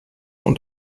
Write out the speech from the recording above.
und